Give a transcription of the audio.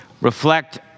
reflect